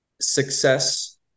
success